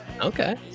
okay